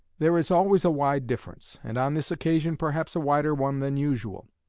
there is always a wide difference, and on this occasion perhaps a wider one than usual,